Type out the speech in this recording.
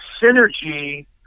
synergy